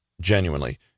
Genuinely